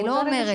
אני לא אומרת.